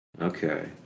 Okay